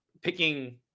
picking